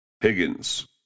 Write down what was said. Higgins